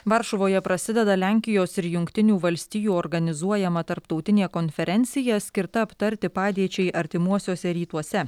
varšuvoje prasideda lenkijos ir jungtinių valstijų organizuojama tarptautinė konferencija skirta aptarti padėčiai artimuosiuose rytuose